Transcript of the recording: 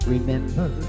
Remember